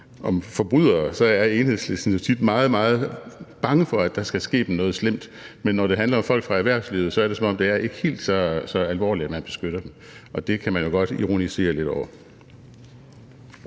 om forbrydere, så er Enhedslisten tit meget, meget bange for, at der skal ske dem noget slemt. Men når det handler om folk fra erhvervslivet, er det, som om at det ikke er helt så alvorligt, at man beskytter dem. Og det kan man jo godt ironisere lidt over.